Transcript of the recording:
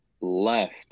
left